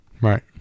Right